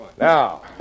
Now